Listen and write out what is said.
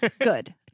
Good